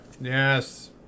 Yes